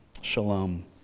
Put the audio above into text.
shalom